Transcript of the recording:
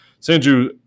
Sanju